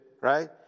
Right